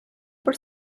por